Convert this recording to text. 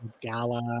Gala